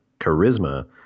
charisma